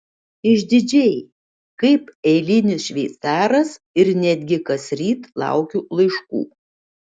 išdidžiai kaip eilinis šveicaras ir netgi kasryt laukiu laiškų